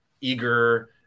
eager